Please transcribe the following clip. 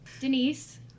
Denise